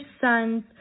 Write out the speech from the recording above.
sons